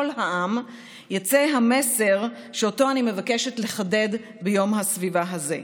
העם יצא המסר שאותו אני מבקשת לחדד ביום הסביבה הזה.